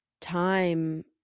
time